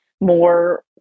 more